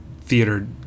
theater